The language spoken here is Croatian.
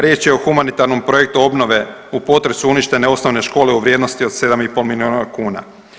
Riječ je humanitarnom projektu obnove u potresu uništene osnovne škole u vrijednosti od 7,5 miliona kuna.